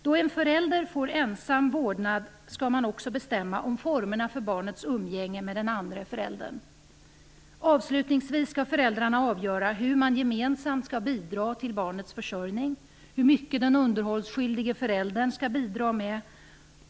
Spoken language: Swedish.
Då en förälder får ensam vårdnad skall man också bestämma om formerna för barnets umgänge med den andre föräldern. Avslutningsvis skall föräldrarna avgöra hur man gemensamt skall bidra till barnets försörjning och hur mycket den underhållsskyldige föräldern skall bidra med.